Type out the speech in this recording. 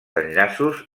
enllaços